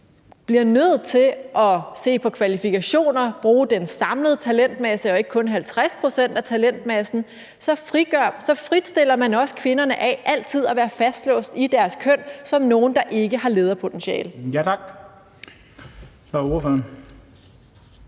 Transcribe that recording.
bliver nødt til at se på kvalifikationer, at bruge den samlede talentmasse og ikke kun 50 pct. af talentmassen, så fritstiller man også kvinderne fra altid at være fastlåst i deres køn som nogle, der ikke har lederpotentiale.